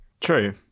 True